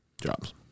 Jobs